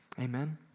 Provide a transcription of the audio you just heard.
Amen